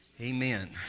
Amen